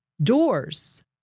Doors